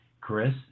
Chris